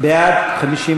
בעד,